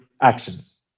actions